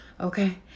Okay